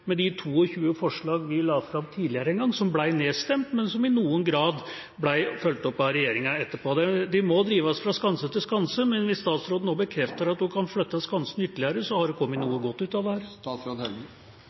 med de 22 forslagene vi la fram tidligere en gang, og som ble nedstemt, men som i noen grad ble fulgt opp av regjeringa etterpå. De må drives fra skanse til skanse, men hvis statsråden nå bekrefter at hun kan flytte skansen ytterligere, har det kommet